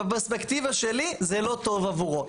בפרספקטיבה שלי זה לא טוב עבורו.